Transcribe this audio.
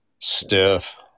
Stiff